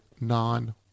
non